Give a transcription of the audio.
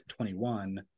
21